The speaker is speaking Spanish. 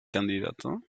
candidato